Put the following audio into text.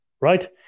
right